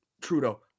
Trudeau